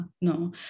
no